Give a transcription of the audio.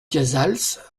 casals